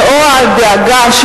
לנוכח הדאגה,